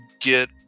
get